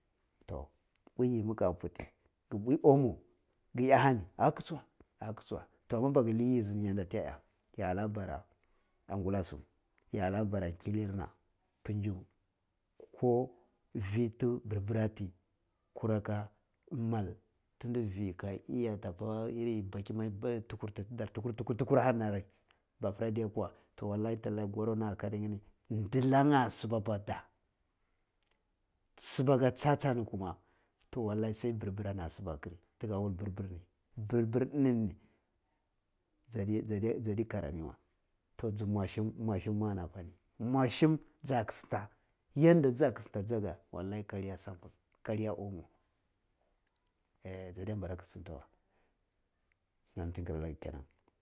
Toh npuji jimi ka puti, gi inpuyi omo ki iyahani ah kichi wa ah kichi we toh amma baki lai yi zindi yanda ti ya iya ti ya da bara an gulasim ti iya lika bara killirna, pumju ko fi ti bur bur ati kura ka mal fifi ka iyati apa bakin mai tukur tukur tukur ni ahani babu ade kwa wei wallai tall ahi goro na ta karin nya ni ndillan ah siba apa da sib aka cha-cha ni kuma tu wallai sai bur bur anna siba kiri tigga wul burbur ni, bur bur inini jadi jadi ka rami wei toh ju moshum ma ana pani, moshun ja kichinta yadda ti ja kichata jag a wallai karya sabul, karja omo iye jada npara kichinta wei sinam di nkira laga kenan.